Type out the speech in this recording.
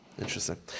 Interesting